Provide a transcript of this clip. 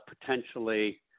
potentially